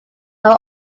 are